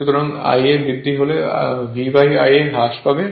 সুতরাং Ia বৃদ্ধি হলে V Ia হ্রাস পায়